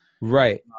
Right